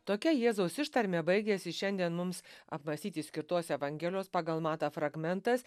tokia jėzaus ištarme baigėsi šiandien mums apmąstyti skirtos evangelijos pagal matą fragmentas